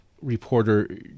reporter